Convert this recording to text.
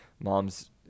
Mom's